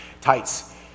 tights